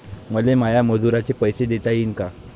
मले माया मजुराचे पैसे देता येईन का?